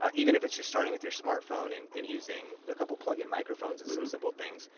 even if it's just starting with your smartphone and and using a couple plug in microphones and some simple things.